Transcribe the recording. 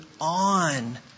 on